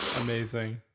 Amazing